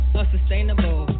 unsustainable